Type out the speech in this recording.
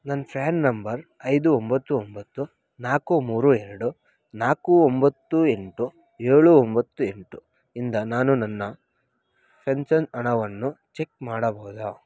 ನನ್ನ PAN number ಐದು ಒಂಬತ್ತು ಒಂಬತ್ತು ನಾಲ್ಕು ಮೂರು ಎರಡು ನಾಲ್ಕು ಒಂಬತ್ತು ಎಂಟು ಏಳು ಒಂಬತ್ತು ಎಂಟು ಇಂದ ನಾನು ನನ್ನ ಫೆನ್ಷನ್ ಹಣವನ್ನು ಚೆಕ್ ಮಾಡಬಹುದೆ